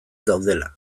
daudela